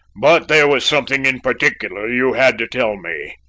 but there was something in particular you had to tell me.